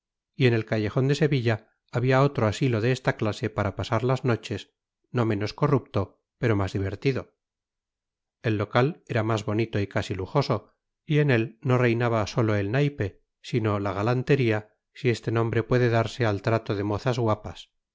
y en el callejón de sevilla había otro asilo de esta clase para pasar las noches no menos corrupto pero más divertido el local era más bonito y casi lujoso y en él no reinaba sólo el naipe sino la galantería si este nombre puede darse al trato de mozas guapas